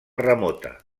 remota